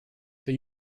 they